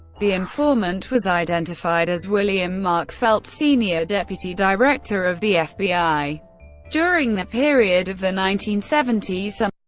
the informant was identified as william mark felt, sr, deputy director of the fbi during that period of the nineteen seventy s,